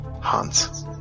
Hans